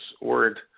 word